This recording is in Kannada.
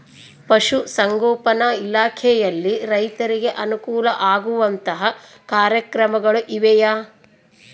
ಪಶುಸಂಗೋಪನಾ ಇಲಾಖೆಯಲ್ಲಿ ರೈತರಿಗೆ ಅನುಕೂಲ ಆಗುವಂತಹ ಕಾರ್ಯಕ್ರಮಗಳು ಇವೆಯಾ?